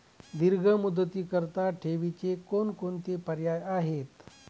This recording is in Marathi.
दीर्घ मुदतीकरीता ठेवीचे कोणकोणते पर्याय आहेत?